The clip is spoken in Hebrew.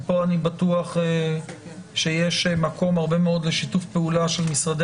ופה אני בטוח שיש מקום להרבה מאוד שיתופי פעולה של משרדי